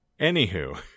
Anywho